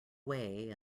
way